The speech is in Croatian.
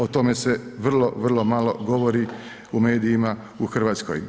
O tome se vrlo, vrlo malo govori u medijima u Hrvatskoj.